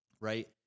right